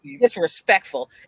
Disrespectful